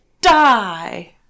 die